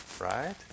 right